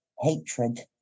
hatred